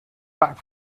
back